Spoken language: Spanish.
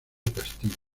castillo